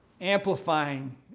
amplifying